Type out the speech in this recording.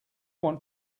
want